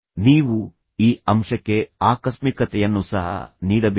ನೀವು ಈ ಅಂಶಕ್ಕೆ ಆಕಸ್ಮಿಕತೆಯನ್ನು ಸಹ ನೀಡಬೇಕು